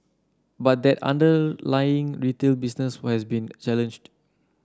but that underlying retail business who has been challenged